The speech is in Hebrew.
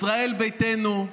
ישראל ביתנו,